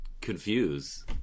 confuse